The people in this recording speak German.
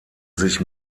sich